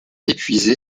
épuisé